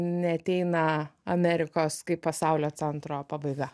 neateina amerikos kaip pasaulio centro pabaiga